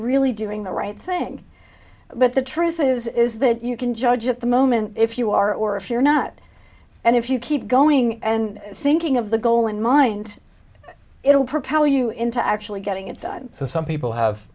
really doing the right thing but the truth is is that you can judge at the moment if you are or if you're not and if you keep going and thinking of the goal in mind it will propel you into actually getting it done so some people have